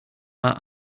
are